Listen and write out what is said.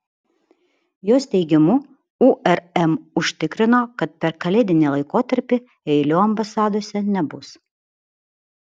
jos teigimu urm užtikrino kad per kalėdinį laikotarpį eilių ambasadose nebus